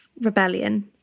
Rebellion